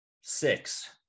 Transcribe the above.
six